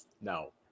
no